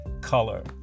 color